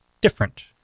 different